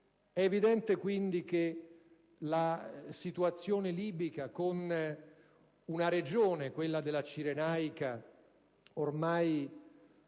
È evidente, quindi, che la situazione libica, con una regione, quella della Cirenaica, ormai